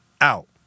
out